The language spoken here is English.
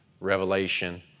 revelation